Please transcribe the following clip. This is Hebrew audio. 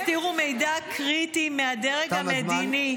מה, תגידי,